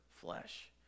flesh